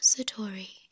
Satori